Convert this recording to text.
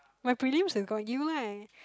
my prelims has got U right